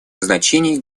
значения